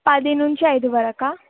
పది నుంచి ఐదు వరకు